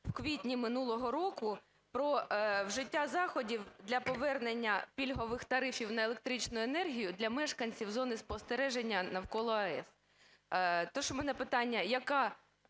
в квітні минулого року, про вжиття заходів для повернення пільгових тарифів на електричну енергію для мешканців зони спостереження навколо АЕС. То ж у мене питання: яка